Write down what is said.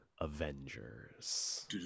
Avengers